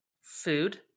food